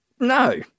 No